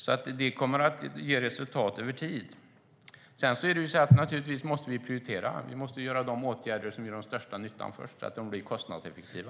Det kommer att ge resultat över tid. Vi måste naturligtvis prioritera. Vi måste vidta de åtgärder som gör den största nyttan först så att de blir kostnadseffektiva.